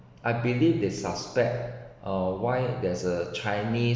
I believe they suspect uh why there's a chinese